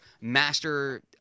master